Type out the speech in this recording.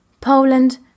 Poland